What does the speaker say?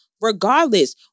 regardless